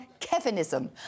Kevinism